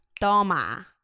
Toma